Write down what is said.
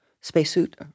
spacesuit